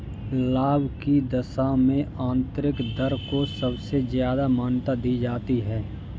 लाभ की दशा में आन्तरिक दर को सबसे ज्यादा मान्यता दी जाती है